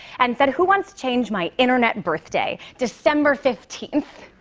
and said, who wants to change my internet birthday? december fifteenth?